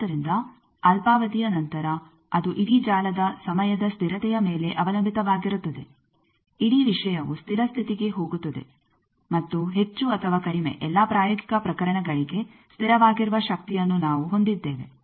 ಆದ್ದರಿಂದ ಅಲ್ಪಾವಧಿಯ ನಂತರ ಅದು ಇಡೀ ಜಾಲದ ಸಮಯದ ಸ್ಥಿರತೆಯ ಮೇಲೆ ಅವಲಂಬಿತವಾಗಿರುತ್ತದೆ ಇಡೀ ವಿಷಯವು ಸ್ಥಿರ ಸ್ಥಿತಿಗೆ ಹೋಗುತ್ತದೆ ಮತ್ತು ಹೆಚ್ಚು ಅಥವಾ ಕಡಿಮೆ ಎಲ್ಲಾ ಪ್ರಾಯೋಗಿಕ ಪ್ರಕರಣಗಳಿಗೆ ಸ್ಥಿರವಾಗಿರುವ ಶಕ್ತಿಯನ್ನು ನಾವು ಹೊಂದಿದ್ದೇವೆ